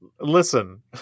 Listen